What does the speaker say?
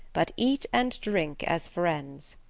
but eat and drink as friends.